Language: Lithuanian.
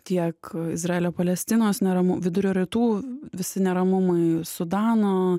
tiek izraelio palestinos neramu vidurio rytų visi neramumai sudano